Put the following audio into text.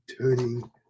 turning